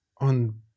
on